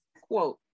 Quote